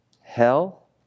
hell